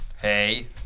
Hey